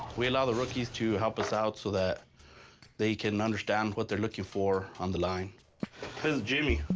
we allow the rookies to help us out so that they can understand what they're looking for, on the line. this is jimmy,